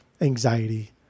anxiety